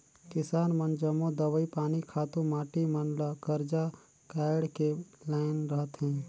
किसान मन जम्मो दवई पानी, खातू माटी मन ल करजा काएढ़ के लाएन रहथें